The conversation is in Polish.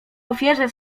ofierze